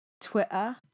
Twitter